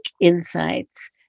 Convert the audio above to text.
insights